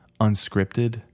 unscripted